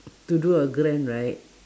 to do a grand right